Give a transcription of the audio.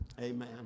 Amen